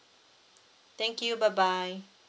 thank you bye bye